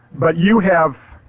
but you have